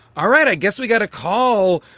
all right, i guess we got a call,